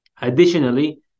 Additionally